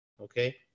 okay